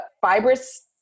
fibrous